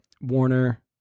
Warner